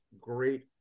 great